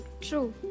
True